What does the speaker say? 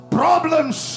problems